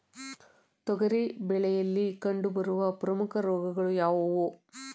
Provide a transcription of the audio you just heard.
ತೊಗರಿ ಬೆಳೆಯಲ್ಲಿ ಕಂಡುಬರುವ ಪ್ರಮುಖ ರೋಗಗಳು ಯಾವುವು?